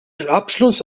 abschluss